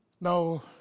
No